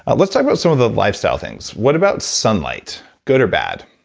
but let's talk about some of the lifestyle things. what about sunlight? good or bad?